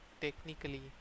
Technically